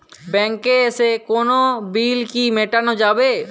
ব্যাংকে এসে কোনো বিল কি মেটানো যাবে?